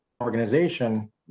organization